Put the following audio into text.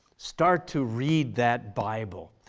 start to read that bible.